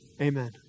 Amen